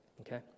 okay